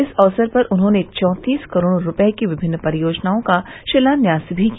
इस अवसर पर उन्होंने चौंतीस करोड़ रूपये की विभिन्न परियोजनाओं का शिलान्यास भी किया